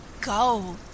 go